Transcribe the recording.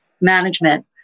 management